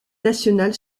nationale